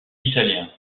italien